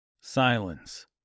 Silence